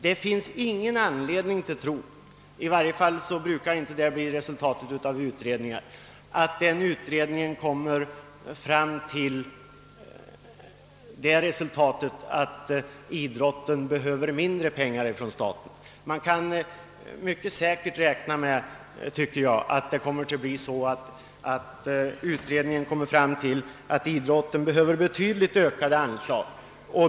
Det finns ingen anledning att tro — det brukar i varje fall inte bli resultatet av utredningar — att denna utredning kommer till resultatet att idrotten behöver mindre pengar från staten. Man kan säkert räkna med att utredningen kommer fram till att idrotten behöver betydligt ökade anslag.